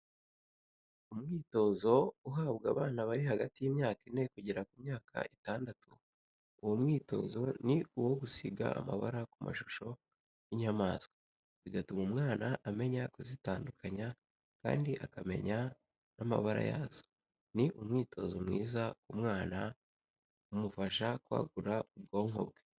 Umwitozo uhabwa abana barihagati y'imyaka ine kugera ku myaka itandatu, uwo mwitozi ni uwo gusiga amabara ku mashusho y'inyamaswa, bigatuma umwana amenya kuzitandukanya kandi akamenya n'amabara yazo. ni umwitozo mwiza ku mwana umufasha kwagura ubwonko bwe.